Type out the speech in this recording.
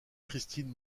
christine